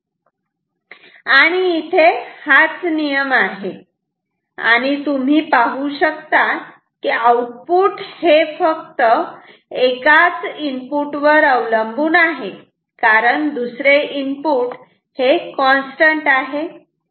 इथे हाच नियम आहे आणि तुम्ही पाहू शकतात कि आउटपुट हे फक्त एकाच इनपुट वर अवलंबून आहे कारण दुसरे इनपुट हे कॉन्स्टंट आहे